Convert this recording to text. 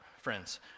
friends